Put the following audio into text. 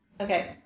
Okay